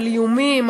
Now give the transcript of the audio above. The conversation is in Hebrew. על איומים,